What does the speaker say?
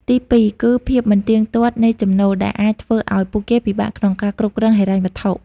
ទីពីរ គឺ ភាពមិនទៀងទាត់នៃចំណូល ដែលអាចធ្វើឱ្យពួកគេពិបាកក្នុងការគ្រប់គ្រងហិរញ្ញវត្ថុ។